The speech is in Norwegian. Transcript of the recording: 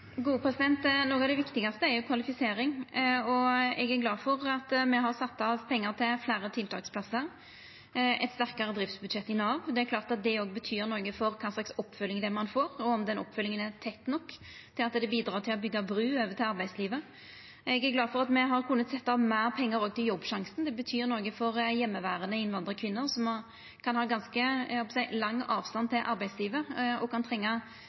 Noko av det viktigaste er kvalifisering, og eg er glad for at me har sett av pengar til fleire tiltaksplassar og eit sterkare driftsbudsjett i Nav. Det er klart at det òg betyr noko for kva slags oppfølging ein får, og om den oppfølginga er tett nok til at det bidreg til å byggja bru over til arbeidslivet. Eg er glad for at me òg har kunna setja av meir pengar til Jobbsjansen. Det betyr noko for heimeverande innvandrarkvinner, som kan ha ganske lang avstand til arbeidslivet og kan trenga